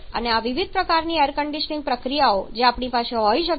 અને આ વિવિધ પ્રકારની એર કન્ડીશનીંગ પ્રક્રિયાઓ છે જે આપણી પાસે હોઈ શકે છે